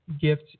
gift